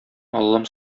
аллам